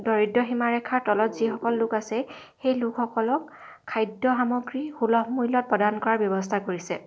দৰিদ্ৰ সীমা ৰেখাৰ তলত যিসকল লোক আছে সেই লোকসলক খাদ্য সামগ্ৰী সুলভ মূল্যত প্ৰদান কৰাৰ ব্যৱস্থা কৰিছে